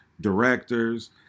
directors